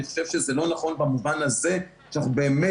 אני חושב שזה לא נכון במובן הזה שאנחנו באמת